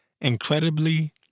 Incredibly